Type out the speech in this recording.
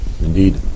Indeed